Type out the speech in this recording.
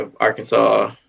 Arkansas